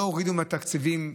לא הורידו מהתקציבים,